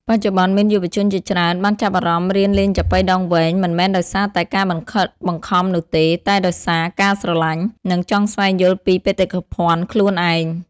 បច្ចុប្បន្ន មានយុវជនជាច្រើនបានចាប់អារម្មណ៍រៀនលេងចាប៉ីដងវែង មិនមែនដោយសារតែការបង្ខិតបង្ខំនោះទេ តែដោយសារ ការស្រលាញ់ និងចង់ស្វែងយល់ពីបេតិកភណ្ឌខ្លួនឯង។